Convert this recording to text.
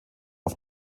auf